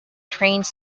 trains